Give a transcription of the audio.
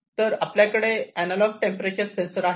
तर आपल्याकडे analog temperature sensor आहे